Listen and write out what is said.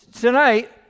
tonight